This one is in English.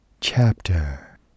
chapter